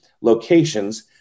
locations